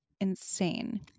insane